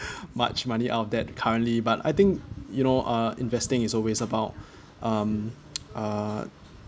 much money out of that currently but I think you know uh investing is always about um uh